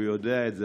הוא יודע את זה,